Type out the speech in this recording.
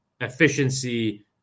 efficiency